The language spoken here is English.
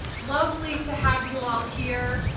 lovely to have you all here.